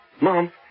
Mom